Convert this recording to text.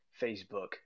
Facebook